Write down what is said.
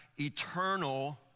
eternal